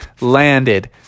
landed